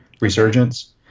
Resurgence